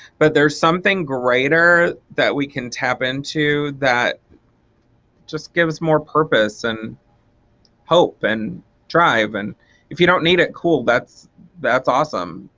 but there's something greater that we can tap into that just gives more purpose and hope and drive. and if you don't need it cool that's that's awesome.